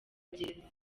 gereza